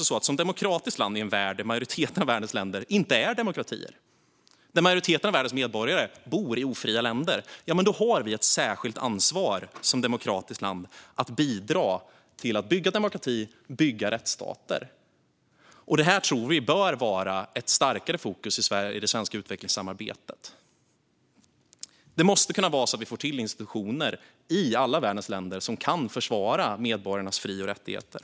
Som demokratiskt land i en värld där majoriteten av världens länder inte är demokratier - majoriteten av världens medborgare bor i ofria länder - har vi ett särskilt ansvar för att bidra till att bygga demokrati och rättsstater. Detta, tror vi, bör vara ett starkare fokus i det svenska utvecklingssamarbetet. Vi måste få till stånd institutioner i alla världens länder som kan försvara medborgarnas fri och rättigheter.